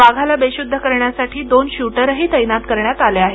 वाघाला बेशुद्ध करण्यासाठी दोन शूटरही तैनात करण्यात आले आहेत